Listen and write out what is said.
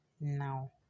now